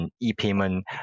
e-payment